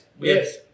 yes